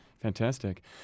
Fantastic